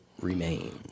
remains